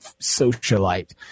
socialite